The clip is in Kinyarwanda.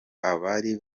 abari